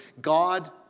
God